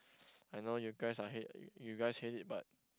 I know you guys are hate you guys hate it but